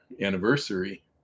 anniversary